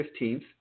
15th